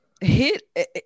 hit